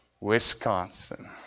Wisconsin